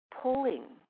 pulling